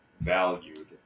valued